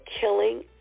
killing